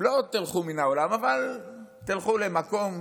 לא תלכו מן העולם אבל תלכו למקום